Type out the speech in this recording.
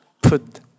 put